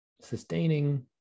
sustaining